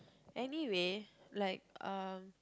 anyway like uh